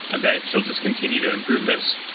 that she'll just continue to improve this.